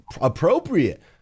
appropriate